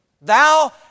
Thou